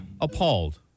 Appalled